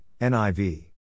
NIV